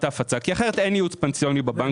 ההפצה כי אחרת אין ייעוץ פנסיוני בבנקים.